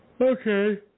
Okay